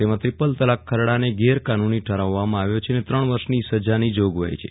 તેમા ત્રિપલ તલ્લાક ખરડાને ગેર કાનુની ઠારવવામાં આવ્યો છે અને ત્રણ વર્ષની સજાની જોગવાઈ છે